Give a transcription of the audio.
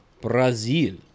brazil